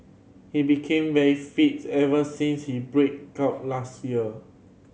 he became very fit ever since he break up last year